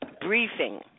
briefing